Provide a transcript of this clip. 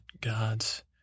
gods